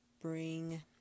bring